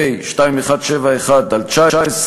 פ/2171/19,